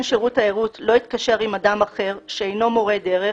שירות תיירות לא יתקשר עם אדם אחר שאינו מורה דרך